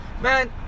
Man